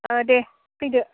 दे फैदो